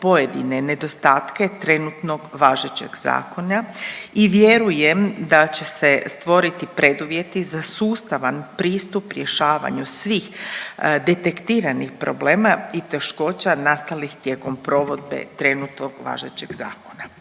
pojedine nedostatke trenutnog važećeg zakona i vjerujem da će se stvoriti preduvjeti za sustavan pristup rješavanju svih detektiranih problema i teškoća nastalih tijekom provedbe trenutnog važećeg zakona.